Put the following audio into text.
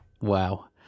Wow